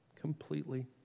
completely